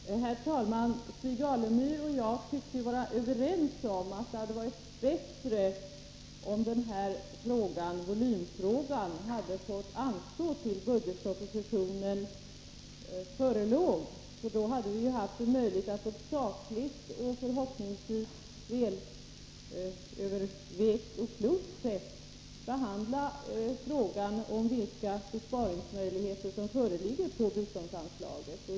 Herr talman! Stig Alemyr och jag tycks ju vara överens om att det hade varit bättre, om den här volymfrågan hade fått anstå tills budgetpropositionen förelåg, för då hade vi haft en möjlighet att på ett sakligt och förhoppningsfullt välövervägt och klokt sätt avgöra vilka besparingsmöjligheter vi har när det gäller biståndsanslaget.